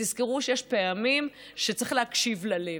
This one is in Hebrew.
ותזכרו שיש פעמים שצריך להקשיב ללב,